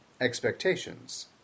expectations